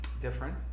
different